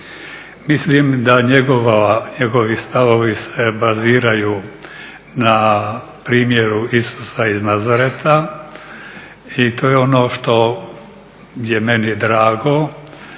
Mislim da njegovi stavovi se baziraju na primjeru Isusa iz Nazareta i to je ono što je meni drago,